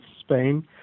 Spain